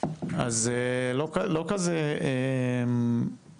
אז זה לא כזה מורכב.